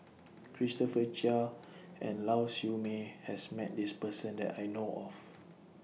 Christopher Chia and Lau Siew Mei has Met This Person that I know of